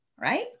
Right